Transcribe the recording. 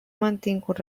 mantingut